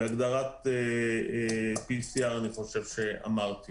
והגדרת PCR אני חושב שאמרתי.